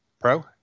Pro